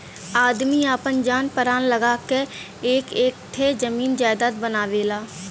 आदमी आपन जान परान कुल लगा क एक एक ठे जमीन जायजात बनावेला